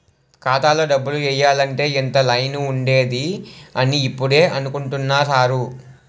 ఖాతాలో డబ్బులు ఎయ్యాలంటే ఇంత లైను ఉందేటి అని ఇప్పుడే అనుకుంటున్నా సారు